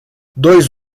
dois